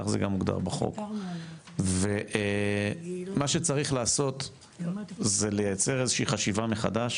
ככה זה גם מוגדר בחוק ומה שצריך לעשות זה לייצר איזושהי חשיבה מחדש,